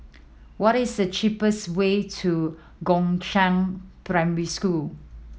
what is the cheapest way to Gongshang Primary School